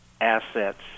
assets